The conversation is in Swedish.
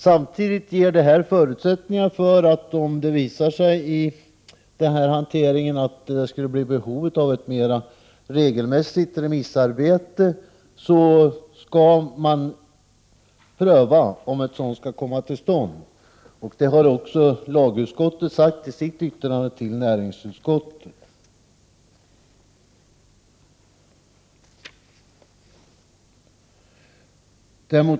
Samtidigt ger detta förutsätt 155 ningar för att om det uppstår ett behov av ett mer regelmässigt remissarbete, skall det prövas huruvida ett sådant skall komma till stånd, vilket också lagutskottet sagt i sitt yttrande till näringsutskottet.